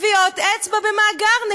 טביעות אצבע במאגר.